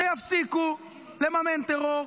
שיפסיקו לממן טרור,